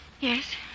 Yes